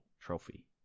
trophy